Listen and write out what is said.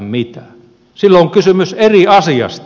silloin on kysymys eri asiasta